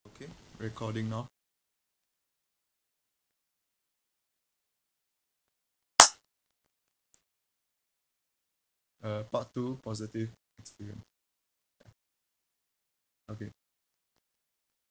okay recording now uh part two positive experience okay